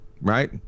right